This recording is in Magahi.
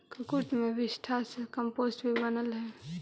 कुक्कुट के विष्ठा से कम्पोस्ट भी बनअ हई